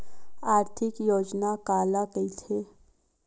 आर्थिक योजना काला कइथे?